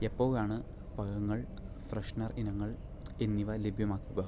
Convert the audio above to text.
എപ്പോഴാണ് പഴങ്ങൾ ഫ്രെഷ്നർ ഇനങ്ങൾ എന്നിവ ലഭ്യമാക്കുക